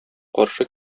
каршы